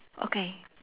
okay